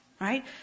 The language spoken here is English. right